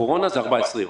קורונה זה 14 יום.